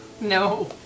No